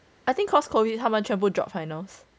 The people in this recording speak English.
I think cause COVID 他们全部 drop finals